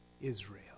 Israel